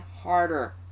harder